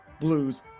blues